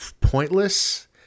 pointless